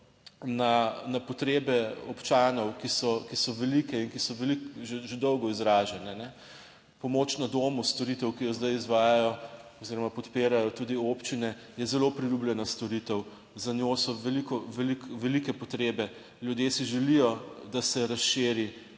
na potrebe občanov, ki so, ki so velike in ki so veliko že dolgo izražene. Pomoč na domu, storitev, ki jo zdaj izvajajo oziroma podpirajo tudi občine, je zelo priljubljena storitev. Za njo so veliko velike potrebe, ljudje si želijo, da se razširi,